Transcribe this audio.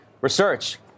Research